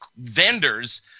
vendors –